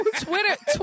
Twitter